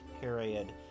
period